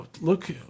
look